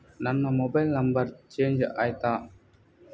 ನನ್ನ mobile number change ಆಯ್ತಾ?